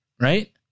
right